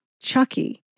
Chucky